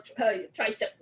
tricep